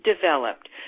developed